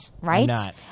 Right